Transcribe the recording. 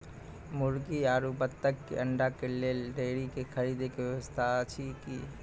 मुर्गी आरु बत्तक के अंडा के लेल डेयरी के खरीदे के व्यवस्था अछि कि?